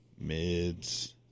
Mids